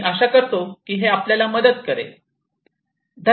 मी आशा करतो की हे आपल्याला मदत करेल